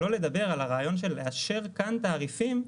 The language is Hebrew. שלא לדבר על הרעיון של לאשר כאן תעריפים.